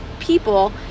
people